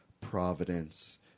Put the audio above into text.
providence